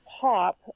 pop